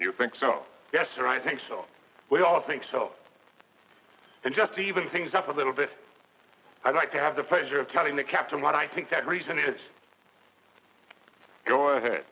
you think so yes sir i think so we all think so and just even things up a little bit i'd like to have the pleasure of telling the captain what i think that reason is go ahead